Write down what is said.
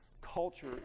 culture